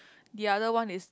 the other one is